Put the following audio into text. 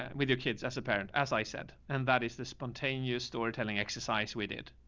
and with your kids, as apparent as i said, and that is the spontaneous storytelling exercise we did.